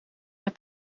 naar